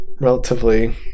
Relatively